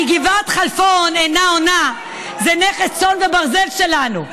כי גבעת חלפון אינה עונה זה נכס צאן ברזל שלנו,